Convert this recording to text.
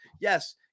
Yes